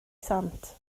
sant